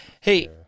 Hey